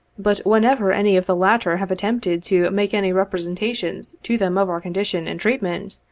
but whenever any of the latter have attempted to make any representations to them of our condition and treatment,